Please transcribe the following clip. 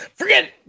Forget